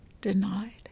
denied